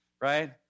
right